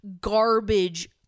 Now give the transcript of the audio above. garbage